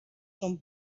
son